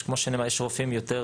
יש רופאים שיש עליהם יותר